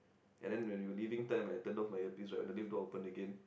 and then when the leaving time I turn off my earpieces right the lift door open again